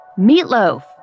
Meatloaf